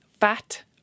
Fat